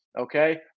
okay